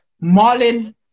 Marlin